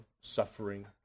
suffering